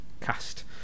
cast